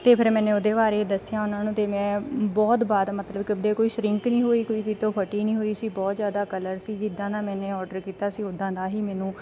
ਤਾਂ ਫਿਰ ਮੈਨੇ ਉਹਦੇ ਬਾਰੇ ਦੱਸਿਆ ਉਹਨਾਂ ਨੂੰ ਵੀ ਮੈਂ ਬਹੁਤ ਵਾਰ ਮਤਲਬ ਕਿ ਕੋਈ ਸ਼ਰਿੰਕ ਨਹੀਂ ਹੋਈ ਕੋਈ ਵੀ ਤੋਂ ਫਟੀ ਨਹੀਂ ਹੋਈ ਸੀ ਬਹੁਤ ਜ਼ਿਆਦਾ ਕਲਰ ਸੀ ਜਿੱਦਾਂ ਦਾ ਮੈਨੇ ਆਰਡਰ ਕੀਤਾ ਸੀ ਉੱਦਾਂ ਦਾ ਹੀ ਮੈਨੂੰ